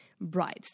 brides